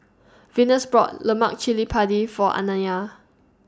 Venus brought Lemak Cili Padi For Anaya